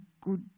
good